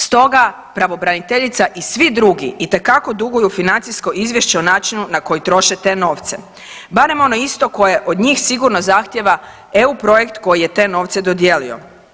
Stoga pravobraniteljica i svi drugi itekako duguju financijsko izvješće o načinu na koji troše te novce, barem ono isto koje od njih sigurno zahtijeva eu projekt koji je te novce dodijelio.